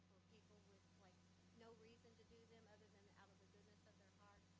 people with like no reason to do them other than out of the goodness of their heart,